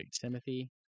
Timothy